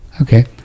Okay